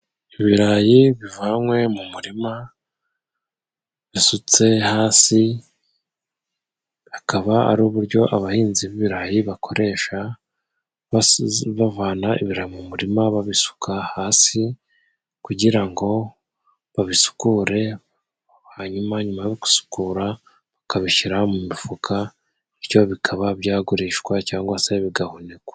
Ibirayi bivanwe mu murima, bisutse hasi, akaba ari uburyo abahinzi b’ibirayi bakoresha bavana ibirayi mu murima, babisuka hasi kugira ngo babisukure. Hanyuma, nyuma yo gusukura, bakabishira mu mifuka, bityo bikaba byagurishwa cyangwa se bigahunikwa.